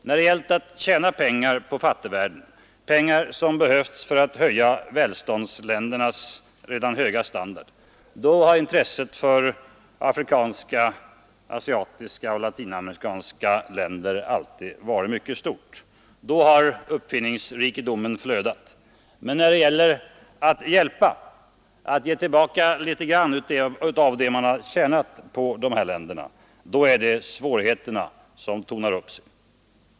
När det gällt att tjäna pengar på fattigvärlden, pengar som behövts för att höja välståndsländernas redan höga standard, då har intresset för de afrikanska, asiatiska och latiname rikanska kontinenterna alltid varit mycket stort. Då har uppfinningsrikedomen flödat. Men när det gäller att hjälpa, att ge tillbaka litet grand av det man har tjänat på dessa länder, då är det svårigheterna som tornar upp sig.